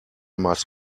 must